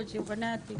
למען הבן-זוג שלי.